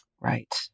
right